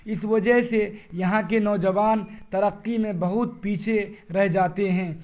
اس وجہ سے یہاں کے نوجوان ترقی میں بہت پیچھے رہ جاتے ہیں